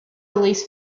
release